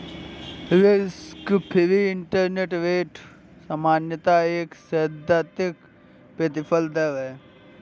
risk free interest rate सामान्यतः एक सैद्धांतिक प्रतिफल दर है